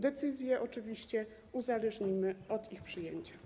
Decyzję oczywiście uzależnimy od ich przyjęcia.